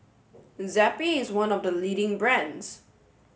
Zappy is one of the leading brands